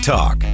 Talk